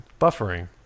Buffering